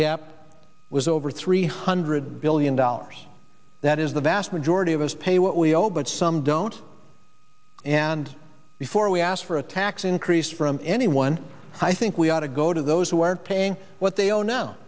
gap was over three hundred billion dollars that is the vast majority of us pay what we owe but some don't and before we ask for a tax increase from anyone i think we ought to go to those who aren't paying what they owe now